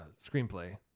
screenplay